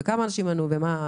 כמה אנשים ענו וכו',